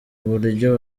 uburyo